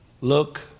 look